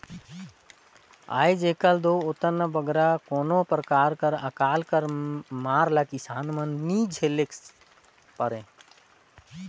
आएज काएल दो ओतना बगरा कोनो परकार कर अकाल कर मार ल किसान मन ल नी झेलेक परे